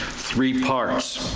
three parts.